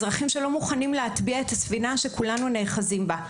אזרחים שלא מוכנים להטביע את הספינה שכולנו נאחזים בה.